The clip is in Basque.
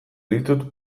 ditut